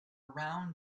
round